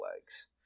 legs